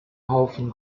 haufen